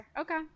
Okay